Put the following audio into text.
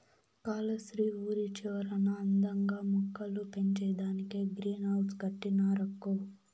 కాలస్త్రి ఊరి చివరన అందంగా మొక్కలు పెంచేదానికే గ్రీన్ హౌస్ కట్టినారక్కో